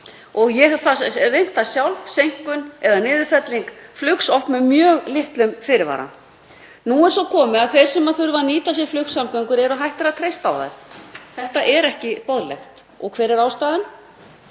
Ég hef reynt það sjálf, seinkun eða niðurfellingu flugs, oft með mjög litlum fyrirvara. Nú er svo komið að þeir sem þurfa að nýta sér flugsamgöngur eru hættir að treysta á þær. Þetta er ekki boðlegt. Og hver er ástæðan?